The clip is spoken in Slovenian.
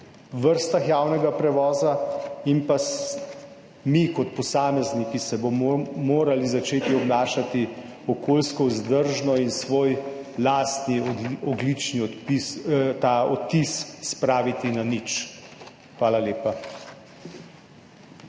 vrstah javnega prevoza. Mi kot posamezniki se bomo morali začeti obnašati okoljsko vzdržno in svoj lastni ogljični odtis spraviti na nič. Hvala lepa.